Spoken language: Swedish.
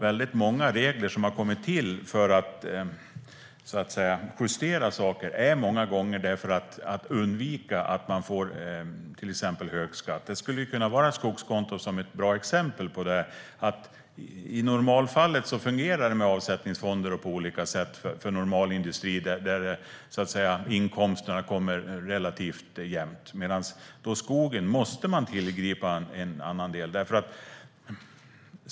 Väldigt många regler som har kommit till för att justera saker har införts för att undvika att man till exempel får hög skatt. Ett skogskonto skulle kunna vara ett bra exempel på det. I normalfallet fungerar det med avsättningsfonder på olika sätt för en normalindustri där inkomsterna kommer relativt jämnt. Men i fråga om skogen måste man tillgripa andra delar.